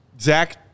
Zach